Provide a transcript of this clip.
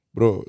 Bro